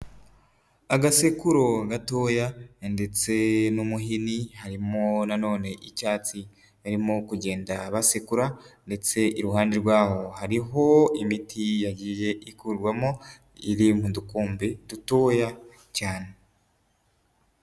Agasekuro gatoya ndetse n'umuhini, harimo na none icyatsi barimo kugenda basekura ndetse iruhande rwaho hariho imiti yagiye ikurwamo iri mu dukombe dutoya cyane.